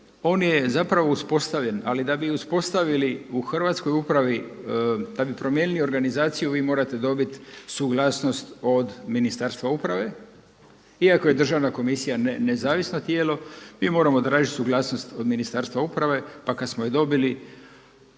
on je zapravo uspostavljen, ali da bi uspostavili u hrvatskoj upravi, da bi promijenili organizaciju vi morate dobiti suglasnost od Ministarstva uprave iako je Državna komisija nezavisno tijelo mi moramo tražiti suglasnost od Ministarstva uprave, pa kad smo je dobili